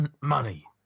Money